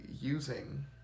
using